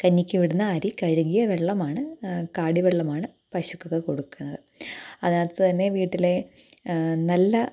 കഞ്ഞിക്ക് ഇടുന്ന അരി കഴുകിയ വെള്ളമാണ് കാടിവെള്ളമാണ് പശുക്കൾക്കു കൊടുക്കുന്നത് അതിനകത്തു തന്നെ വീട്ടിലെ നല്ല